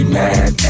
mad